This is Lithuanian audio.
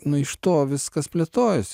nu iš to viskas plėtojasi